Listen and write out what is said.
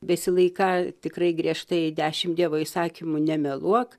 besilaiką tikrai griežtai dešimt dievo įsakymų nemeluok